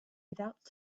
without